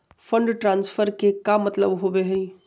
Fund transfer के का मतलब होव हई?